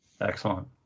excellent